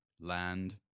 Land